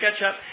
SketchUp